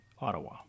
Ottawa